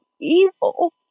evil